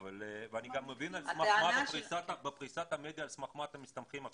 ואני גם מבין בפריסת המדיה על סמך מה אתם מסתמכים,